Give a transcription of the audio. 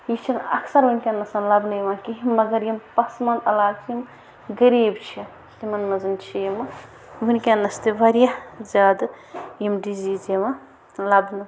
یہِ چھِنہٕ اَکثر وٕنۍکٮ۪نَسَن لَبنہٕ یِوان کِہی مگر یِم پَسمانٛد علاقہٕ چھِ یِم غریٖب چھِ تِمَن منٛز چھِ یِمہٕ وٕنۍکٮ۪نَس تہِ واریاہ زیادٕ یِم ڈِزیٖز یِوان لَبنہٕ